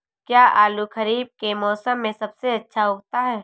क्या आलू खरीफ के मौसम में सबसे अच्छा उगता है?